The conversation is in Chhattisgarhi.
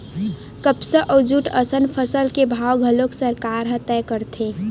कपसा अउ जूट असन फसल के भाव घलोक सरकार ह तय करथे